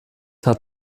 hat